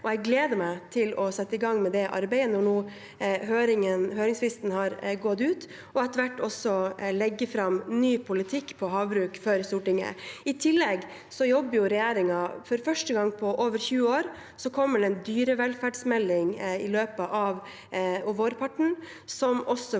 Jeg gleder meg til å sette i gang med det arbeidet når høringsfristen har gått ut, og etter hvert også legge fram ny politikk på havbruk for Stortinget. I tillegg jobber regjeringen med en dyrevelferdsmelding. For første gang på over 20 år kommer det en dyrevelferdsmelding, den kommer i løpet av vårparten, som også